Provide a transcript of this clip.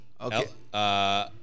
Okay